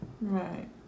Right